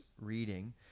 reading